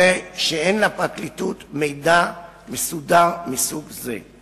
הרי שאין לפרקליטות מידע מסודר מסוג זה.